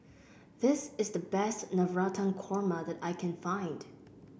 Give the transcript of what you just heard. this is the best Navratan Korma that I can find